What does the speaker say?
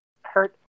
hurt